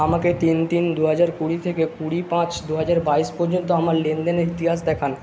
আমাকে তিন তিন দু হাজার কুড়ি থেকে কুড়ি পাঁচ দু হাজার বাইশ পর্যন্ত আমার লেনদেনের ইতিহাস দেখান